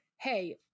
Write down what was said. hey